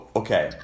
okay